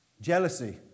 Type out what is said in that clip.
Jealousy